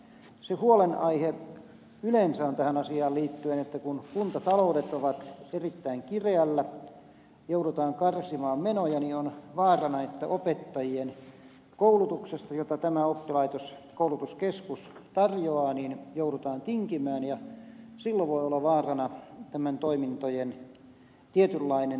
se huolenaihe yleensä on tähän asiaan liittyen että kun kuntataloudet ovat erittäin kireällä joudutaan karsimaan menoja niin on vaarana että opettajien koulutuksesta jota tämä koulutuskeskus tarjoaa joudutaan tinkimään ja silloin voi olla vaarana näiden toimintojen tietynlainen kaventuminen